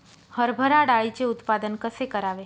हरभरा डाळीचे उत्पादन कसे करावे?